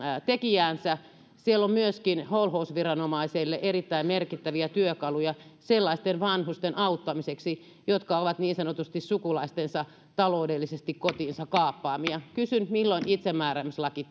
tekijäänsä siellä on myöskin holhousviranomaiselle erittäin merkittäviä työkaluja sellaisten vanhusten auttamiseksi jotka ovat niin sanotusti sukulaistensa taloudellisesti kotiinsa kaappaamia kysyn milloin itsemääräämislaki